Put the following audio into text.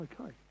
okay